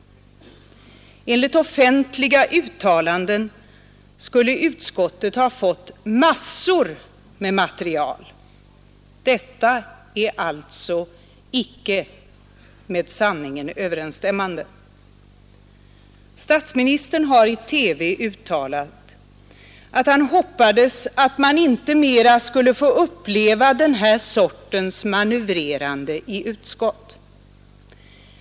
Enligt offentliga uttalanden skulle utskottet ha fått massor med material. Detta är alltså icke med sanningen överensstämmande. Statsministern har i TV uttalat, att han hoppades att man inte mera skulle få uppleva den här sortens manövrerande i utskott.